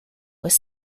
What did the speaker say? was